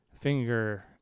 finger